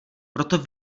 proto